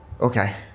Okay